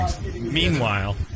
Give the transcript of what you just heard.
Meanwhile